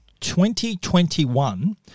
2021